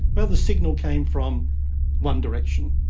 well, the signal came from one direction,